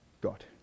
God